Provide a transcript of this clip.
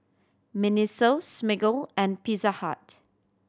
MINISO Smiggle and Pizza Hut